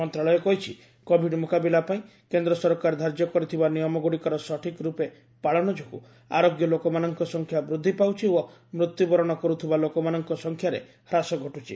ମନ୍ତ୍ରଣାଳୟ କହିଛି କୋବିଡ ମୁକାବିଲା ପାଇଁ କେନ୍ଦ୍ର ସରକାର ଧାର୍ଯ୍ୟ କରିଥିବା ନିୟମଗୁଡ଼ିକର ସଠିକ୍ ରୂପେ ପାଳନ ଯୋଗୁଁ ଆରୋଗ୍ୟ ଲୋକମାନଙ୍କ ସଂଖ୍ୟା ବୃଦ୍ଧି ପାଉଛି ଓ ମୃତ୍ୟୁବରଣ କରୁଥିବା ଲୋକମାନଙ୍କ ସଂଖ୍ୟାରେ ହାସ ଘଟ୍ଟିଛି